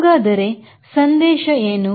ಹಾಗಾದರೆ ಸಂದೇಶ ಏನು